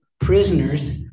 prisoners